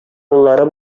уллары